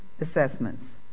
assessments